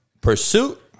Pursuit